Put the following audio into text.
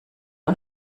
und